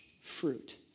fruit